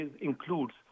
includes